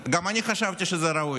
גם אני חשבתי שזה ראוי.